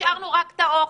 השארנו רק את האוכל.